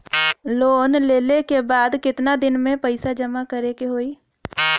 Loan लेले के बाद कितना दिन में पैसा जमा करे के होई?